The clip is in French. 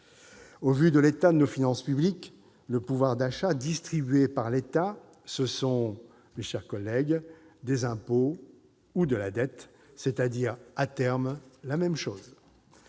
Au vu de l'état de nos finances publiques, le pouvoir d'achat distribué par l'État, ce sont, mes chers collègues, des impôts ou de la dette, c'est-à-dire, à terme, la même chose.